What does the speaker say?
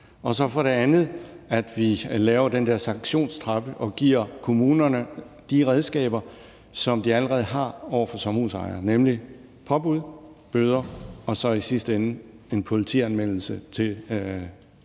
andet er det vigtigt, at vi laver den der sanktionstrappe og giver kommunerne de redskaber, som de allerede har over for sommerhusejere, nemlig påbud, bøder og så i sidste ende en anmeldelse til politiet.